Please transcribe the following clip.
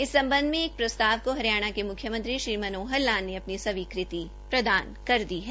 इस सम्बन्ध में एक प्रस्ताव को हरियाणा के मुख्यमंत्री श्री मनोहर लाल ने अपनी स्वीकृति प्रदान कर दी है